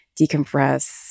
decompress